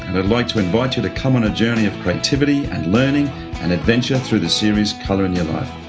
and i'd like to invite you to come on a journey of creativity and learning and adventure through the series colour in your life.